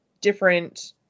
different